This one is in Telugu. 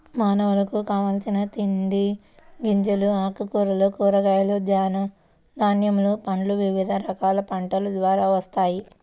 మానవులకు కావలసిన తిండి గింజలు, ఆకుకూరలు, కూరగాయలు, ధాన్యములు, పండ్లు వివిధ రకాల పంటల ద్వారా వస్తాయి